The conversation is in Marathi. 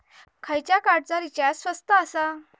खयच्या कार्डचा रिचार्ज स्वस्त आसा?